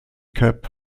cap